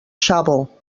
xavo